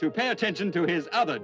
to pay attention to his other